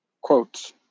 quotes